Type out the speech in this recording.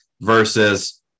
versus